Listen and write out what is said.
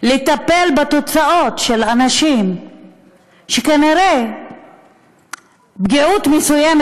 לטפל בתוצאות של אנשים שכנראה פגיעוּת מסוימת